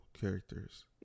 characters